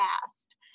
past